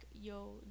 yo